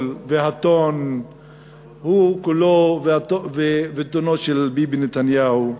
והטון הם קולו וטונו של ביבי נתניהו,